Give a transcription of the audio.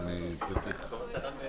בוקר טוב לכולם.